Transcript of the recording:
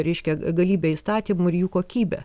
reiškia galybę įstatymų ir jų kokybę